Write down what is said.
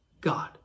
God